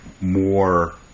more